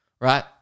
right